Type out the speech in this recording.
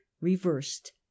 reversed